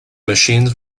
machines